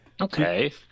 Okay